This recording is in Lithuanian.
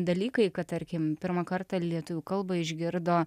dalykai kad tarkim pirmą kartą lietuvių kalbą išgirdo